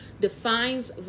defines